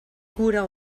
cura